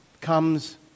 comes